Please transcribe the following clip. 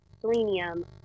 selenium